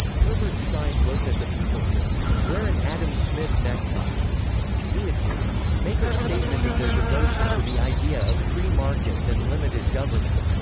herbert stein wrote that the people who wear an adam smith necktie do it to make a statement of their devotion to the idea of free markets and limited government,